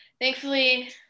thankfully